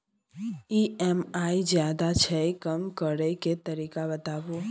EMI ज्यादा छै कम करै के तरीका बताबू?